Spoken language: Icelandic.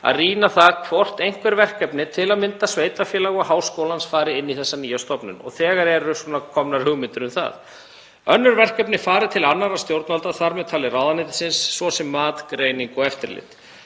að rýna það hvort einhver verkefni, til að mynda sveitarfélaga og háskólans, fari inn í þessa nýju stofnun og þegar eru komnar hugmyndir um það. Önnur verkefni fari til annarra stjórnvalda, þar með talið ráðuneytisins, svo sem mat, greining og eftirlit.